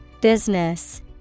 Business